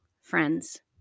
friends